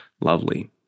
lovely